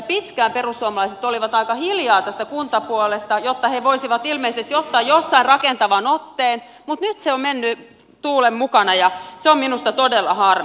pitkään perussuomalaiset olivat aika hiljaa tästä kuntapuolesta jotta he voisivat ilmeisesti ottaa jossain rakentavan otteen mutta nyt se on mennyt tuulen mukana ja se on minusta todella harmi